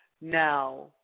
Now